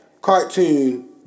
cartoon